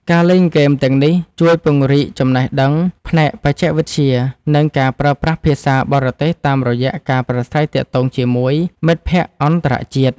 ការលេងហ្គេមទាំងនេះជួយពង្រីកចំណេះដឹងផ្នែកបច្ចេកវិទ្យានិងការប្រើប្រាស់ភាសាបរទេសតាមរយៈការប្រស្រ័យទាក់ទងជាមួយមិត្តភក្តិអន្តរជាតិ។